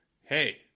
hey